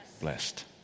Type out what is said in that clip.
blessed